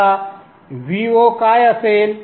आता Vo काय असेल